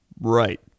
right